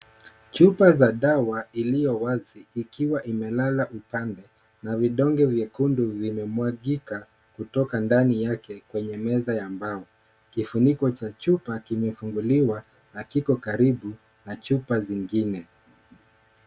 Chupa za dawa iliyo wazi ikiwa imelala upande, na vidonge vyekundu vimemwagika kutoka ndani yake kwenye meza ya mbao. Kifuniko cha chupa kimefunguliwa na kiko karibu na chupa zingine.